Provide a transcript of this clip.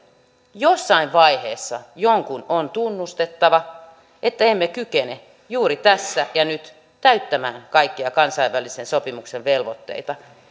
jossain vaiheessa jonkun on tunnustettava että emme kykene juuri tässä ja nyt täyttämään kaikkia kansainvälisten sopimusten velvoitteita